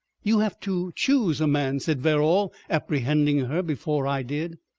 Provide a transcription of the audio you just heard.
you have to choose a man, said verrall, apprehending her before i did.